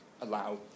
Allow